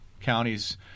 Counties